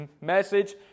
message